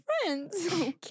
friends